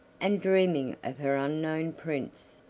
and dreaming of her unknown prince.